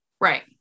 Right